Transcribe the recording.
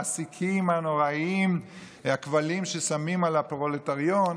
שהמעסיקים הנוראיים שמו על הפרולטריון,